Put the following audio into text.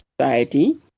society